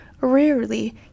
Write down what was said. rarely